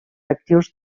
actius